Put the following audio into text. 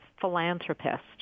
philanthropist